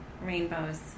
rainbows